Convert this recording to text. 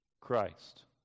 Christ